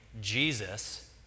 Jesus